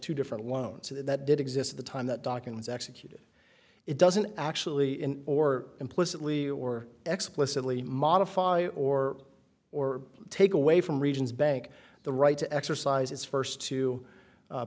two different ones that did exist at the time that docking was executed it doesn't actually in or implicitly or explicitly modify or or take away from regions bank the right to exercise its first two